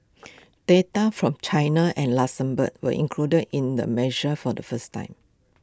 data from China and Luxembourg were included in the measure for the first time